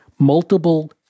Multiple